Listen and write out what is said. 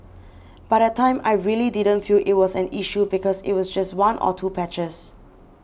but that time I really didn't feel it was an issue because it was just one or two patches